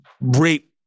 rape